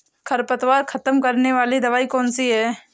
खरपतवार खत्म करने वाली दवाई कौन सी है?